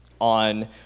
on